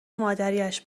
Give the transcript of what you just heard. مادریاش